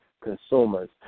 consumers